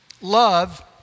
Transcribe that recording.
love